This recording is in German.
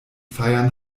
feiern